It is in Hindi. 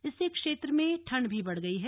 इससे क्षेत्र में ठंड बढ़ गई है